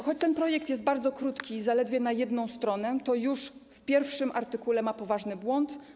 Choć ten projekt jest bardzo krótki, zaledwie na jedną stronę, to już w pierwszym artykule ma poważny błąd.